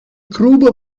grube